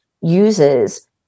uses